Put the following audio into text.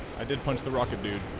i did once the rocketed,